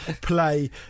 play